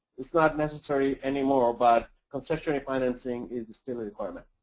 it's not necessary anymore but concessional financing is still a requirement.